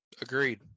Agreed